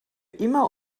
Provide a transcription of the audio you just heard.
immer